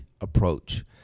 approach